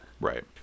Right